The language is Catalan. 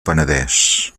penedès